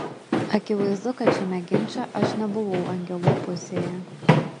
akivaizdu kad šiame ginče aš nebuvau angelų pusėje